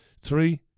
Three